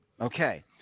Okay